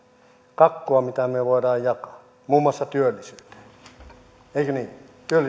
kakkua mitä me voimme jakaa muun muassa työllisyyteen eikö niin työllisyysmäärärahoja otetaan sieltä